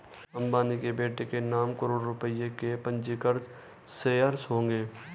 अंबानी के बेटे के नाम करोड़ों रुपए के पंजीकृत शेयर्स होंगे